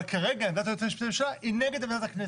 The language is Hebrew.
אבל כרגע עמדת היועץ המשפטי לממשלה היא נגד עמדת הכנסת,